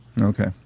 Okay